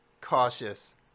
cautious